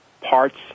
parts